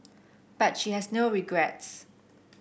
but she has no regrets